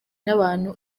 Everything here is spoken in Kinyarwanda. n’abantu